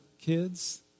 kids